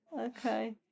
Okay